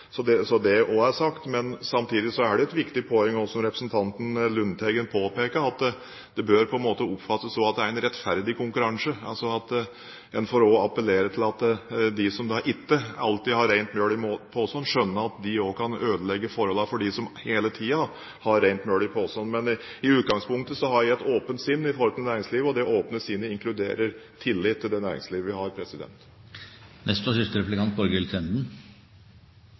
det også er sagt. Men samtidig er det et viktig poeng, som representanten Lundteigen påpeker, at det på en måte bør oppfattes som at det er en «rettferdig konkurranse» – altså at en må appellere til dem som ikke alltid har rent mel i posen, slik at de skjønner at de også kan ødelegge forholdene for dem som hele tiden har rent mel i posen. Men i utgangspunktet har jeg et åpent sinn overfor næringslivet, og det åpne sinnet inkluderer tillit til det næringslivet vi har.